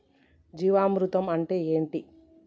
జీవామృతం అంటే ఏంటి?